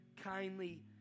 kindly